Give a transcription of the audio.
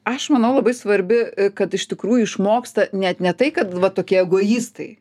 aš manau labai svarbi kad iš tikrųjų išmoksta net ne tai kad va tokie egoistai